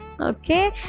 okay